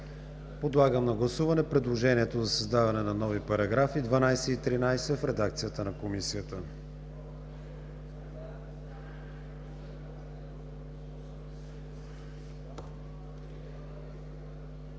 Подлагам на гласуване предложението за създаване на нови параграфи 12 и 13 в редакция на Комисията.